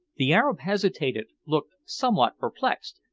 the arab hesitated, looked somewhat perplexed,